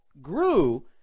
grew